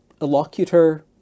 elocutor